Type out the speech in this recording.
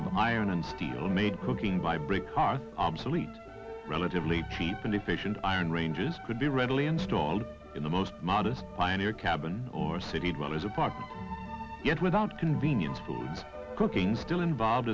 of iron and steel made cooking by brick hard obsolete relatively cheap and efficient iron ranges could be readily installed in the most modest pioneer cabin or city dwellers apart yet without convenience food cooking still involved